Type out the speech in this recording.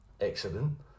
Excellent